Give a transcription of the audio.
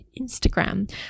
Instagram